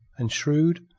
and shrewd,